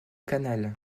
canal